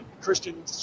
Christian